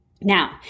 now